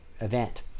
event